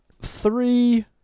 three